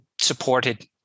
supported